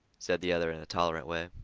said the other in a tolerant way.